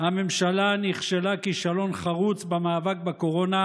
שהממשלה נכשלה כישלון חרוץ במאבק בקורונה,